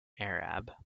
arab